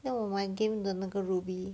then 我玩 game 的那个 ruby